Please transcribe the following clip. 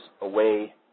away